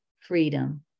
freedom